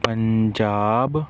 Punjab